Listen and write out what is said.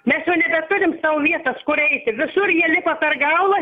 mes turim sau vietas kur eiti visur jie lipa per galvą